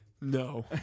No